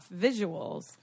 visuals